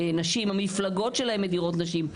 המפלגות שלהם מדירות נשים,